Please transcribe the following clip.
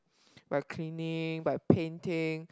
by cleaning by painting